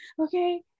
Okay